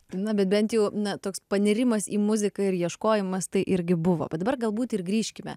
na bet bent jau na toks panirimas į muziką ir ieškojimas tai irgi buvo bet dabar galbūt ir grįžkime